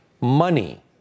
money